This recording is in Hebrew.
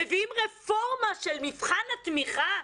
מביאים רפורמה של מבחן לתמיכה?